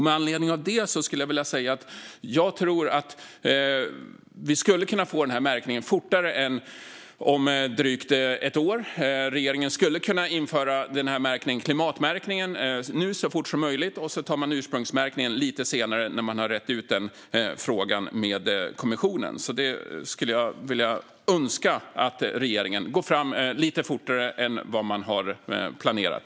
Med anledning av det här vill jag säga att jag tror att vi kan få märkningen fortare än drygt ett år. Regeringen skulle kunna införa klimatmärkningen nu, så fort som möjligt, och så tar man ursprungsmärkningen lite senare, när man har rett ut frågan med kommissionen. Jag skulle önska att regeringen går fram lite fortare än vad man har planerat.